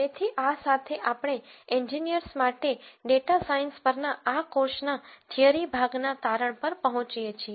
તેથી આ સાથે આપણે એન્જીનીયર્સ માટે ડેટા સાયન્સ પરના આ કોર્સના થિયરી ભાગના તારણ પર પહોંચીએ છીએ